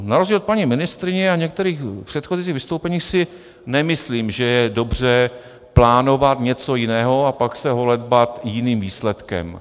Na rozdíl od paní ministryně a některých předchozích vystoupení si nemyslím, že je dobře plánovat něco jiného a pak se holedbat jiným výsledkem.